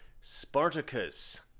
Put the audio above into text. Spartacus